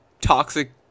toxic